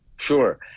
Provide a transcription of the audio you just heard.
Sure